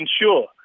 ensure